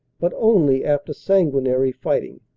but only after sanguinary fighting.